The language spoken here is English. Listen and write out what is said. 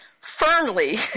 firmly